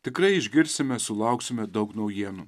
tikrai išgirsime sulauksime daug naujienų